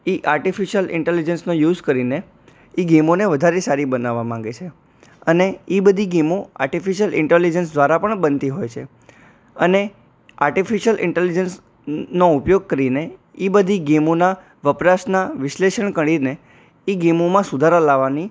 એ artificial ઇન્ટેલિજન્સનો use કરીને એ ગેમોને વધારે સારી બનાવવા માગે છે અને એ બધી ગેમો આર્ટિફિશ્યલ ઇન્ટેલિજન્સ દ્વારા પણ બનતી હોય છે અને આર્ટિફિશ્યલ ઇન્ટેલિજન્સનો ઉપયોગ કરીને એ બધી ગેમોના વપરાશના વિશ્લેષણ કરીને એ ગેમોમાં સુધારા લાવવાની